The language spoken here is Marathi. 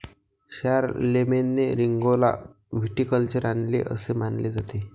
शारलेमेनने रिंगौला व्हिटिकल्चर आणले असे मानले जाते